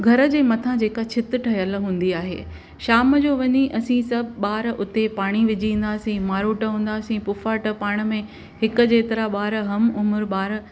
घर जे मथां जेका छित ठहियल हूंदी आहे शाम जो वञी असीं सभु ॿार हुते पाणी विझी ईंदासीं मारोट हूंदासीं पुफ़ट पाण में हिकु जेतिरा ॿार कमु उमिरि ॿार